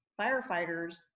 firefighters